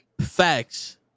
Facts